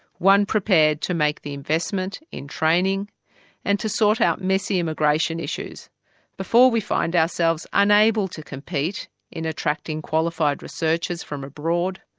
one prepared to make the investment in training and to sort out messy immigration issues before we find ourselves unable to compete in attracting qualified researchers from abroad,